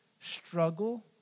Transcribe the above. struggle